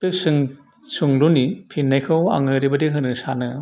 बे सोंलुनि फिन्नायखौ आं ओरैबायदि होनो सानो